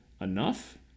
enough